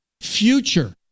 Future